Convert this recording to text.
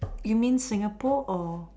you mean Singapore or